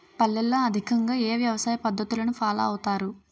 పల్లెల్లో అధికంగా ఏ వ్యవసాయ పద్ధతులను ఫాలో అవతారు?